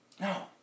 No